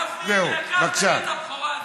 גפני, לקחת לי את הבכורה.